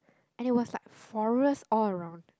and it was like forest all around